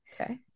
okay